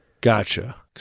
Gotcha